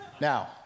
Now